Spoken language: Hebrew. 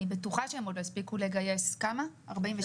אני בטוחה שהם עוד לא הספיקו לגייס 47 תקנים,